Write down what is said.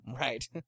Right